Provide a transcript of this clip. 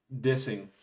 dissing